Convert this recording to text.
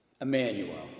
Emmanuel